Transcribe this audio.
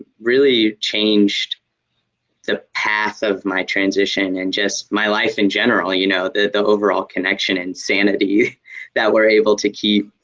really changed the path of my transition in and just my life in general you know, the the overall connection insanity that were able to keep